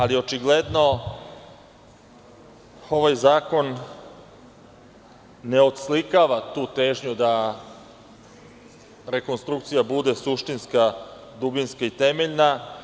Ali, očigledno da ovaj zakon ne oslikava tu težnju da rekonstrukcija bude suštinska, dubinska i temeljna.